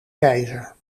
keizer